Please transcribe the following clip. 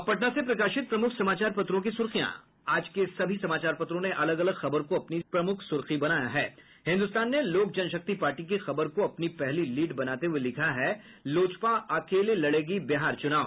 अब पटना से प्रकाशित प्रमुख समाचार पत्रों की सुर्खियां आज के सभी समाचार पत्रों ने अलग अलग खबर को अपनी प्रमुख सुर्खी बनाया है हिन्दुस्तान ने लोक जनशक्ति पार्टी की खबर को अपनी पहली लीड बनाते हुये लिखा है लोजपा अकेले लड़ेगी बिहार चुनाव